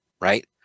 right